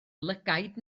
lygaid